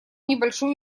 небольшую